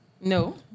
No